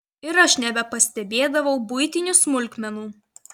ir aš nebepastebėdavau buitinių smulkmenų